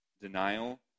Denial